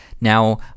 now